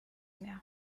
mehr